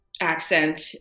accent